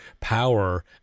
power